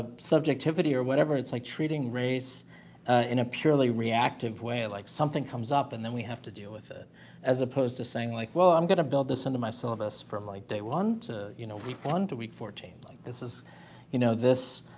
ah subjectivity or whatever it's like treating race in a purely reactive way like something comes up and then we have to deal with it as opposed to saying like well i'm gonna build this into my syllabus from like day one to you know week one to week fourteen like this is you know this